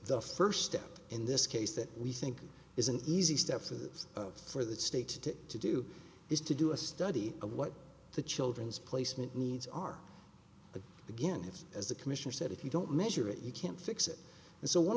the first step in this case that we think is an easy steps of for the state to to do is to do a study of what the children's placement needs are but again it's as the commissioner said if you don't measure it you can't fix it and so one